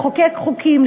לחוקק חוקים,